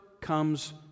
comes